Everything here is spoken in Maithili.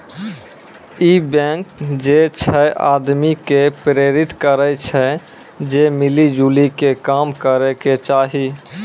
इ बैंक जे छे आदमी के प्रेरित करै छै जे मिली जुली के काम करै के चाहि